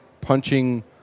punching